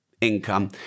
income